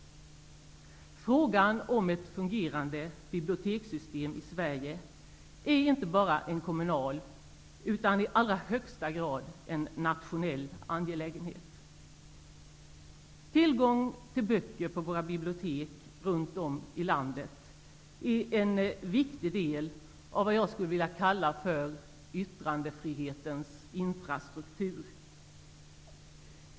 Frågan om ett fungerande bibliotekssystem i Sverige är inte bara en kommunal, utan i allra högsta grad en nationell angelägenhet. Tillgång till böcker på våra bibliotek runt om i landet är en viktig del av vad jag skulle vilja kalla för yttrandefrihetens infrastruktur.